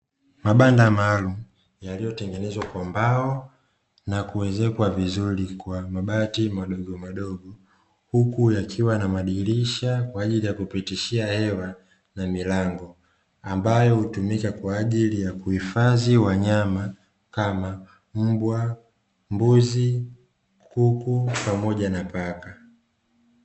Mabanda maalumu yaliyotengenezwa kwa mbao na kuwezekwa vizuri kwa mabati madogo madogo, huku yakiwa na madirisha kwa ajili ya kupitishia hewa na milango ambayo hutumika kwa ajili ya kuhifadhi wanyama kama mbwa, mbuzi, kuku pamoja na paka.